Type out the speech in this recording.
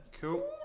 Cool